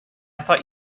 thought